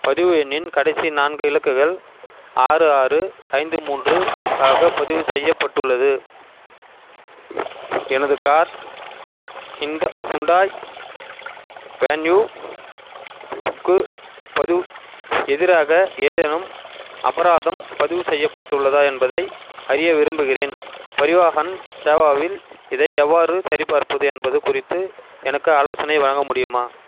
பதிவு எண்ணின் கடைசி நான்கு இலக்குகள் ஆறு ஆறு ஐந்து மூன்று ஆக பதிவு செய்யப்பட்டுள்ளது எனது கார் ஹிண்டா ஹூண்டாய் வென்யூ க்கு பதிவு எதிராக ஏதேனும் அபராதம் பதிவு செய்யப்பட்டுள்ளதா என்பதை அறிய விரும்புகிறேன் பரிவாஹன் சேவாவில் இதை எவ்வாறு சரிபார்ப்பது என்பது குறித்து எனக்கு ஆலோசனை வழங்க முடியுமா